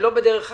ולא בדרך אחרת?